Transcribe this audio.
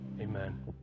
Amen